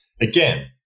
again